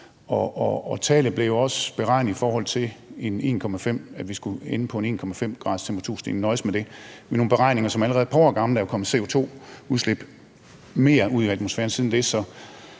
og tallet blev jo også beregnet, i forhold til at vi skulle ende på en 1,5-graderstemperaturstigning og nøjes med det. Men det er nogle beregninger, som allerede er et par år gamle, og der er jo kommet et større CO2-udslip i atmosfæren siden da.